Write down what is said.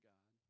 God